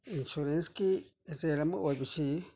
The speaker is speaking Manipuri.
ꯏꯟꯁꯨꯔꯦꯟꯁꯀꯤ ꯑꯦꯖꯦꯟ ꯑꯃ ꯑꯣꯏꯕꯁꯤ